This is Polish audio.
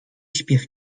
śpiew